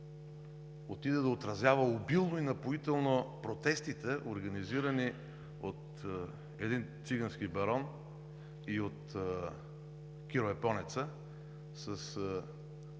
отиде да отразява обилно и напоително протестите, организирани от един цигански барон и от Киро Японеца с